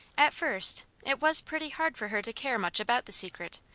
at first, it was pretty hard for her to care much about the secret,